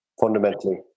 fundamentally